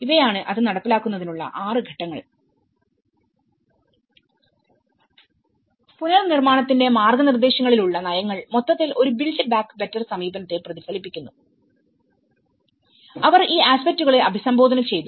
ഇവയാണ് അത് നടപ്പിലാക്കുന്നതിനുള്ള 6 ഘട്ടങ്ങൾ പുനർനിർമ്മാണത്തിന്റെ മാർഗ്ഗനിർദ്ദേശങ്ങളിലുള്ള നയങ്ങൾ മൊത്തത്തിൽ ഒരു ബിൽഡ് ബാക്ക് ബെറ്റർ സമീപനത്തെ പ്രതിഫലിപ്പിക്കുന്നു അവർ ഈ ആസ്പെക്ടുകളെ അഭിസംബോധന ചെയ്തു